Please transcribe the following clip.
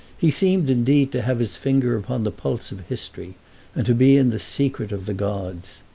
he seemed indeed to have his finger upon the pulse of history and to be in the secret of the gods.